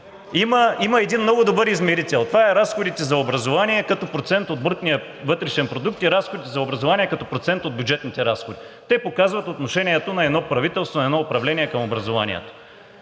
Има един много добър измерител. Това са разходите за образование като процент от брутния вътрешен продукт и разходите за образование като процент от бюджетните разходи. Те показват отношението на едно правителство, на едно управление към образованието.